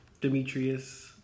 Demetrius